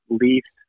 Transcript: least